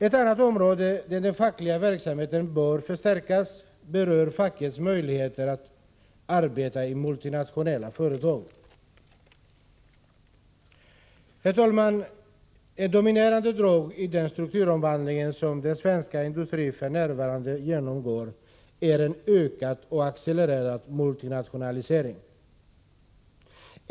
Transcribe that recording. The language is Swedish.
Ett annat område där den fackliga verksamheten bör förstärkas berör fackets möjligheter att arbeta i multinationella företag. Herr talman! Ett dominerande drag i den strukturomvandling som den svenska industrin f. n. genomgår är en ökad och accelererad multinationalisering.